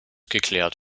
geklärt